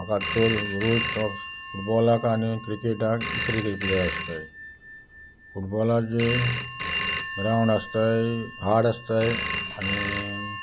म्हाका चड rules of फुटबॉलाक आनी क्रिकेटाक इकरा प्लेयर आसताय फुटबॉला जी ग्रावंड आसताय हार्ड आसताय आनी